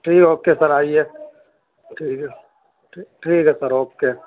ٹھیک ہے okay sir آئیے ٹھیک ہے ٹھیک ہے سر او کے